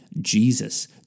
Jesus